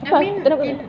entah kenapa